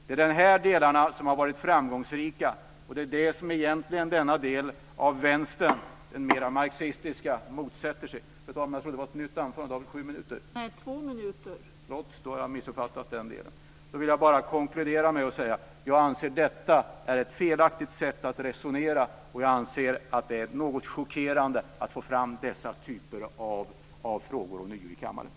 Det är de här delarna som har varit framgångsrika, och det är det som denna del, den mer marxistiska delen, av Vänstern egentligen motsätter sig. Fru talman! Jag trodde att jag hade sju minuters talartid på mig, men jag har missuppfattat det. Därför vill jag bara konkludera med att säga att jag anser att detta är ett felaktigt sätt att resonera och att det är något chockerande att man ånyo för fram denna typ av frågor i kammaren.